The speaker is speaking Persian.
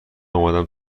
آمدم